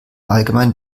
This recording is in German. allgemein